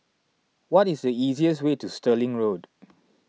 what is the easiest way to Stirling Road